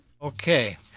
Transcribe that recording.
Okay